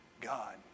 God